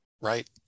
Right